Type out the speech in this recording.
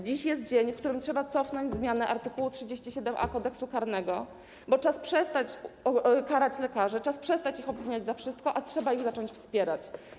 Dziś jest dzień, w którym trzeba cofnąć zmianę art. 37a Kodeksu karnego, bo czas przestać karać lekarzy, czas przestać ich obwiniać za wszystko, a trzeba ich zacząć wspierać.